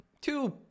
two